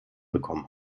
bekommen